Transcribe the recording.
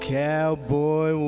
cowboy